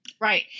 Right